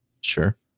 Sure